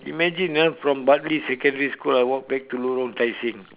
imagine ah from Bartley secondary school I walk back to lorong tai seng